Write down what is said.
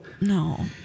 No